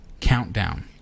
countdown